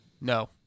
No